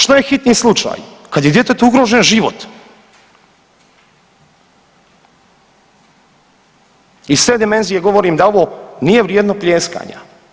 Što je hitni slučaj, kad je djetetu ugrožen život i iz te dimenzije govorim da ovo nije vrijedno pljeskanja.